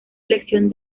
elección